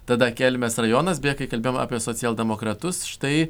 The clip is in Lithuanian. tada kelmės rajonas beje kai kalbėjom apie socialdemokratus štai